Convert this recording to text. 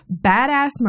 badass